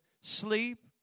sleep